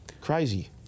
Crazy